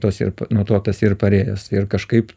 tos nuo to tas ir parėjęs ir kažkaip